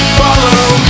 follow